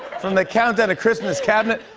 from the countdown to christmas cabinet.